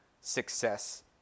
success